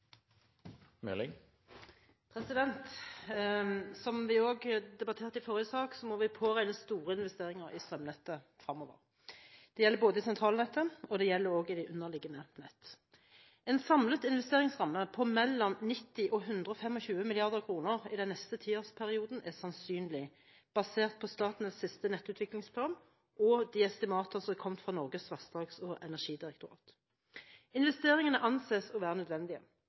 til. Som vi også debatterte i forrige sak, må vi påregne store investeringer i strømnettet fremover. Det gjelder både i sentralnettet og i de underliggende nett. En samlet investeringsramme på mellom 90 og 125 mrd. kr i den neste tiårsperioden er sannsynlig basert på Statnetts siste nettutviklingsplan og estimater som er kommet fra Norges vassdrags- og energidirektorat. Investeringene anses å være nødvendige.